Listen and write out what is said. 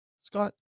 Scott